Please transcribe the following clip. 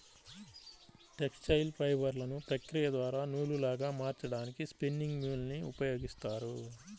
textile ఫైబర్లను ప్రక్రియ ద్వారా నూలులాగా మార్చడానికి స్పిన్నింగ్ మ్యూల్ ని ఉపయోగిస్తారు